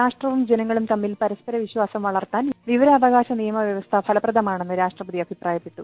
രാഷ്ട്രവും ജനങ്ങളും തമ്മിൽ പരസ്പര വിശ്വാസം വളർത്താൻ വിവരാവകാശ നിയമ വ്യവസ്ഥ ഫലപ്രദമാണെന്ന് രാഷ്ട്രപതി അഭിപ്രായപ്പെട്ടു